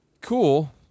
Cool